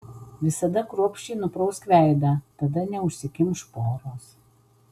visada kruopščiai nuprausk veidą tada neužsikimš poros